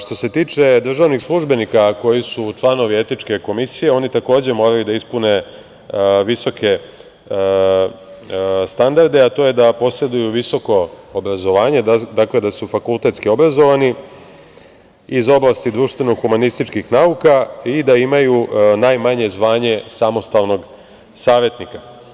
Što se tiče državnih službenika koji su članovi etičke komisije, oni takođe moraju da ispune visoke standarde, a to je da poseduju visoko obrazovanje, dakle, da su fakultetski obrazovani iz oblasti društveno-humanističkih nauka i da imaju najmanje zvanje samostalnog savetnika.